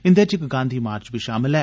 इंदे च इक गांधी मार्च बी शामल ऐ